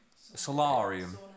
Solarium